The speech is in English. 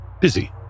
busy